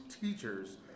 teachers